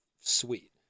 sweet